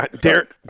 Derek